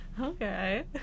Okay